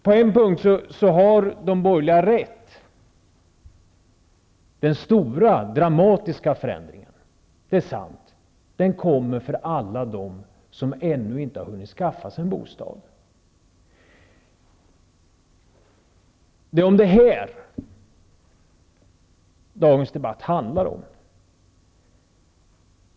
På en punkt har de borgerliga rätt. Den stora dramatiska förändringen kommer för alla dem som ännu inte har hunnit skaffa sig en bostad. Det är sant. Det är detta dagens debatt handlar om.